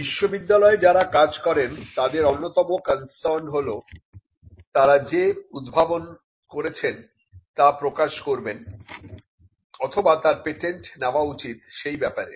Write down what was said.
বিশ্ববিদ্যালয়ে যারা কাজ করেন তাদের অন্যতম কন্সার্ন হল তারা যে উদ্ভাবন করেছেন তা প্রকাশ করবেন অথবা তার পেটেন্ট নেওয়া উচিত সেই ব্যাপারে